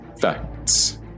Facts